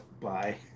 Bye